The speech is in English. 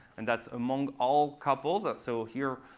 and that's among all couples. so here,